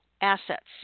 assets